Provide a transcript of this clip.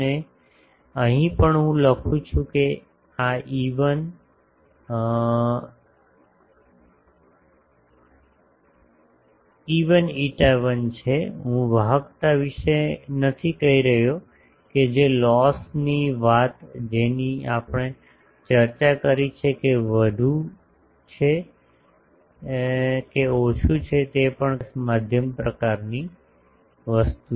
અને અહીં હું પણ લખું છું કે આ E1 ε1 છે હું વાહકતા વિશે નથી કહી રહ્યો કે જે લોસની વાત જેની આપણે ચર્ચા કરી છે કે વધુ કે ઓછું તે આપણે કહી શકીએ છીએ કે લોસલેસ માધ્યમ પ્રકારની વસ્તુ